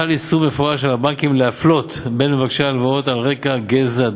חל איסור מפורש על הבנקים להפלות מבקשי הלוואות על רקע גזע,